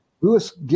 Lewis